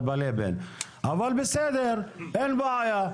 אבל בסדר, אין בעיה.